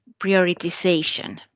prioritization